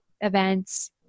events